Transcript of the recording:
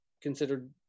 considered